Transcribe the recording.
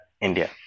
India